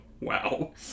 Wow